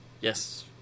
Yes